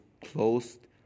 closed